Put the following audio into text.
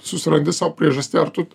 susirandi sau priežastį ar tu